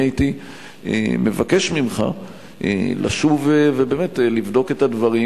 הייתי מבקש ממך לשוב ובאמת לבדוק את הדברים